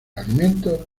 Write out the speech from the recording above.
alimentos